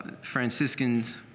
Franciscans